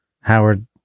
Howard